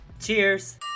Cheers